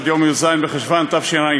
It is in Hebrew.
עד יום י"ז בחשוון תשע"ח,